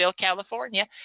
California